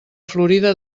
florida